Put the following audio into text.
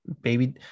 baby